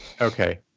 Okay